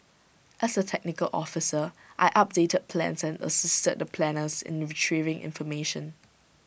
as A technical officer I updated plans and assisted the planners in retrieving information